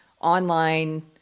online